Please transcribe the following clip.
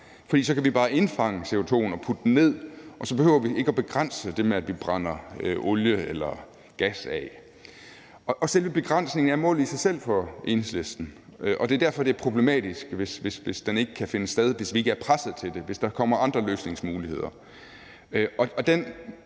vi så bare kan indfange CO2'en og putte den ned – og så behøver vi ikke at begrænse det med, at vi brænder olie eller gas af. Selve begrænsningen er målet i sig selv for Enhedslisten, og det er derfor, at det er problematisk, hvis det ikke kan finde sted, hvis vi ikke er presset til det, hvis der kommer andre løsningsmuligheder.